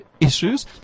issues